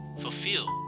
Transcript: fulfill